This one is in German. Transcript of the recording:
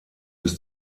bis